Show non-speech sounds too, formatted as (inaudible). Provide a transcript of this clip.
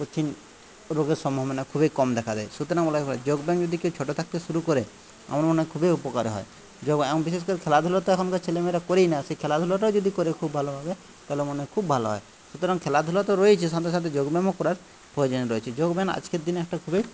কঠিন রোগের সম্ভাবনা খুবই কম দেখা দেয় সুতরাং (unintelligible) যোগব্যায়াম যদি কেউ ছোটো থাকতে শুরু করে আমার মনে হয় খুবই উপকার হয় (unintelligible) এখন বিশেষ করে খেলাধুলা তো এখনকার ছেলেমেয়েরা করেই না সেই খেলাধুলাটাও যদি করে খুব ভালো ভাবে তাহলে মনে হয় খুব ভালো হয় সুতরাং খেলাধুলা তো রয়েইছে সাথে সাথে যোগব্যায়ামও করার প্রয়োজন রয়েছে যোগব্যায়াম আজকের দিনে একটা খুবই